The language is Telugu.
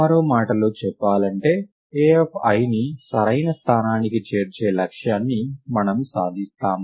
మరో మాటలో చెప్పాలంటే aiని సరైన స్థానానికి చేర్చే లక్ష్యాన్ని మనము సాధిస్తాము